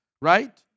right